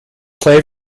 play